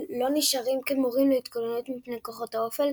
לא נשארים כמורים להתגוננות מפני כוחות האופל,